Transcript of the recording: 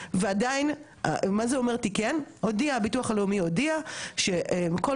הביטוח הלאומי הודיע שכל מי שהגיש בקשה,